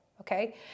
okay